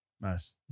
Nice